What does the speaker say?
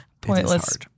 pointless